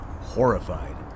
horrified